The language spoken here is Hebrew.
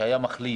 שהיה מחליט